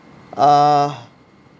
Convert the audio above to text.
uh